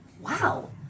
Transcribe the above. Wow